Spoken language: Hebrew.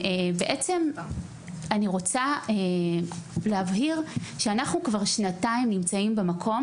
אני רוצה להבהיר שאנחנו כבר שנתיים נמצאים במקום